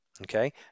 Okay